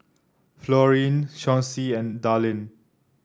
Florine Chauncy and Dallin